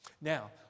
Now